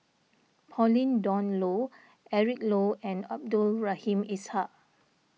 Pauline Dawn Loh Eric Low and Abdul Rahim Ishak